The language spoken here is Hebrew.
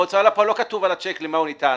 בהוצאה לפועל לא כתוב על הצ'ק למה הוא ניתן.